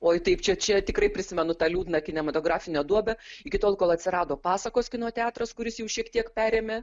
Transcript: oi taip čia čia tikrai prisimenu tą liūdną kinematografinę duobę iki tol kol atsirado pasakos kino teatras kuris jau šiek tiek perėmė